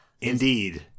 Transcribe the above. Indeed